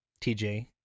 TJ